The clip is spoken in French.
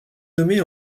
nommée